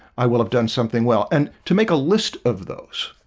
i will have done something well and to make a list of those